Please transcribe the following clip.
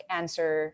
answer